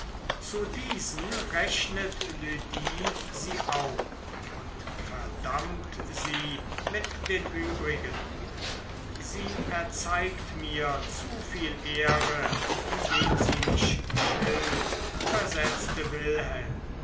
zu diesen rechnet lydie sie auch und verdammt sie mit den übrigen sie erzeigt mir zu viel ehre indem sie mich schilt versetzte wilhelm